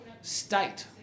state